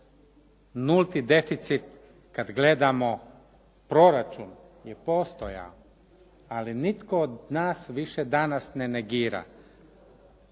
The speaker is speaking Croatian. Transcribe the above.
Nulti deficit kad gledamo proračun je postojao, ali nitko od nas više danas ne negira